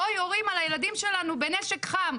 לא יורים על הילדים שלנו בנשק חם,